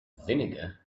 vinegar